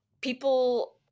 people